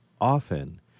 often